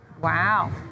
Wow